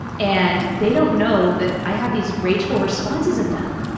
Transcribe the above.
and they don't know that i have these rageful responses at them.